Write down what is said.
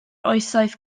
oesoedd